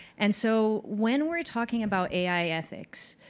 and so when we're talking about ai ethics,